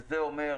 שזה אומר